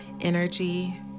energy